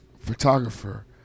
photographer